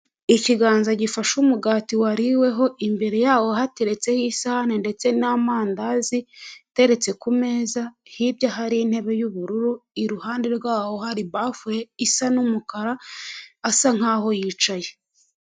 Ikiganza gifashe umugati wariweho, imbere yawo hateretseho isahani ndetse n'amandazi ateretse ku meza, hirya hari intebe y'ubururu, iruhande rwaho hari bafure isa n'umukara, asa nkaho yicaye.